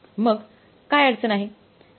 मग काय अडचण आहे